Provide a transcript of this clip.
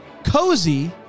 cozy